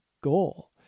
goal